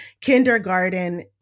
kindergarten